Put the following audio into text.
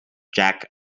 jack